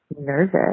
nervous